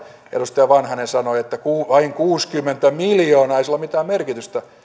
edustaja vanhanen sanoi että vain kuusikymmentä miljoonaa ei sillä ole mitään merkitystä